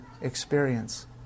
experience